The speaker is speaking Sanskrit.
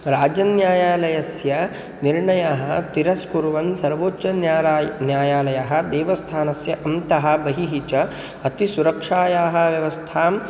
राज्यन्यायालयस्य निर्णयं तिरस्कुर्वन् सर्वोच्चन्यायालयः न्यायालयः देवस्थानस्य अन्तः बहिः च अतिसुरक्षायाः व्यवस्थां